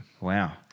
Wow